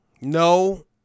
No